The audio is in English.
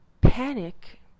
Panic